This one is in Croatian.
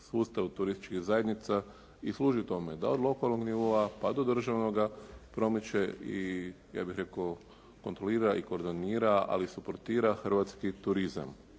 sustav turističkih zajednica i služi tome, da od lokalnog nivoa, pa do državnoga promiče i ja bih rekao i kontrolira i koordinira, ali suportira hrvatski turizam.